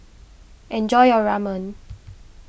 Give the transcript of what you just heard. enjoy your Ramen